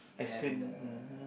and uh